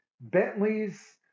Bentleys